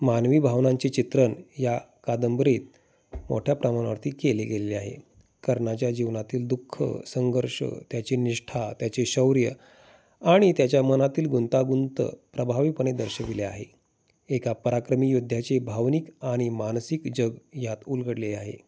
मानवी भावनांचे चित्रण या कादंबरीत मोठ्या प्रमाणा वरती केले गेलेले आहे कर्णाच्या जीवनातील दुःख संघर्ष त्याची निष्ठा त्याचे शौर्य आणि त्याच्या मनातील गुंतागुंत प्रभावीपणे दर्शविले आहे एका पराक्रमी योद्ध्याची भावनिक आणि मानसिक जग यात उलगडलेले आहे